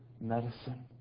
medicine